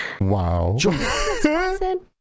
wow